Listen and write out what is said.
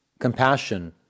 Compassion